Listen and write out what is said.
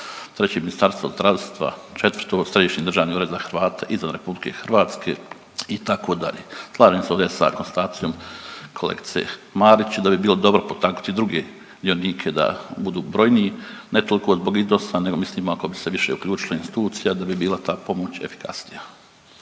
treće Ministarstvo zdravstva, četvrto Središnji državni ured za Hrvate izvan RH itd. Slažem se ovdje sa konstatacijom kolegice Marić da bi bilo dobro potaknuti druge dionike da budu brojniji. Ne toliko zbog iznosa nego mislim ako bi se više uključilo institucija da bi bila ta pomoć efikasnija.